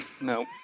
no